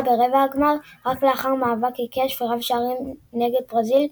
ברבע הגמר רק לאחר מאבק עיקש ורב שערים נגד ברזיל,